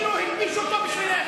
החוק הזה, כאילו הלבישו אותו בשבילך.